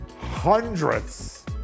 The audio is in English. hundreds